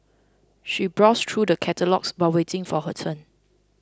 she browsed through the catalogues while waiting for her turn